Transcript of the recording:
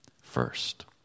First